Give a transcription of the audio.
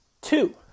Two